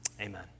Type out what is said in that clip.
Amen